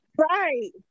Right